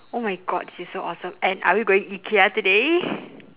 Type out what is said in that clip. oh my god this is so awesome and are we going ikea today